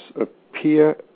appear